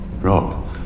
Rob